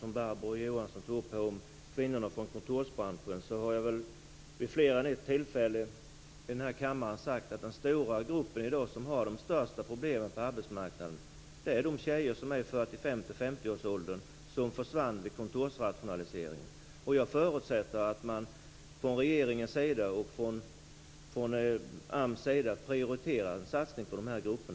som Barbro Johansson sade sist, om kvinnorna i kontorsbranschen, har jag vid flera tillfällen i kammaren sagt att den stora grupp som i dag har de största problemen på arbetsmarknaden är de kvinnor i 45-50-årsåldern som försvann vid kontorsrationaliseringen. Jag förutsätter att regeringen och AMS prioriterar en satsning på de grupperna.